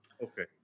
okay